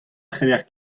cʼhaller